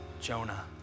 Jonah